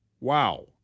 Wow